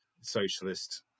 socialist